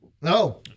No